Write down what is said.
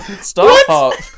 Stop